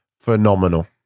phenomenal